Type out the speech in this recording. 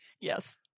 Yes